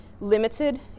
limited